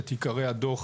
את עיקרי הדוח,